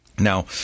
Now